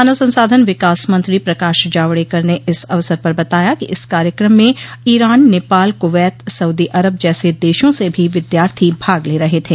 मानव संसाधन विकास मंत्री प्रकाश जावड़ेकर ने इस अवसर पर बताया कि इस कार्यक्रम में Iran Nepal Kuwait Saudi Arab जैसे देशों से भी विद्यार्थी भाग ले रहे थे